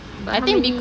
how many